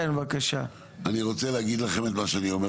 אני רוצה להגיד לכם את מה שאני אומר